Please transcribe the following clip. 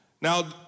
Now